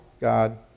God